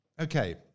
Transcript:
Okay